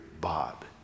Bob